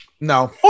No